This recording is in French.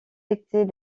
étaient